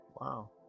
Wow